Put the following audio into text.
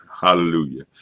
Hallelujah